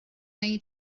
wnei